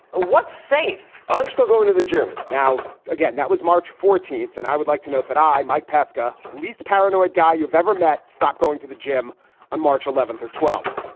ah what's safe? i'm still going to the gym now again, that was march fourteenth. and i would like to note that i mike pesca, least paranoid guy you've ever met. stop going to the gym on march eleventh or twelfth.